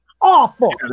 awful